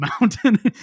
mountain